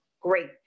Great